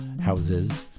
houses